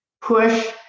push